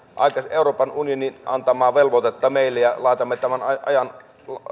euroopan unionin antamaa velvoitetta meille ja laitamme tämän